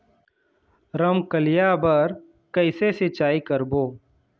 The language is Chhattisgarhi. रमकलिया बर कइसे सिचाई करबो?